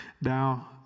Now